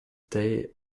they